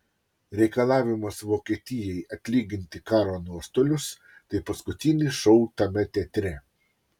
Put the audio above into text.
reikalavimas vokietijai atlyginti karo nuostolius tai paskutinis šou tame teatre